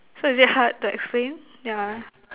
so is it hard to explain yeah